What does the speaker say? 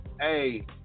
Hey